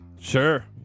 Sure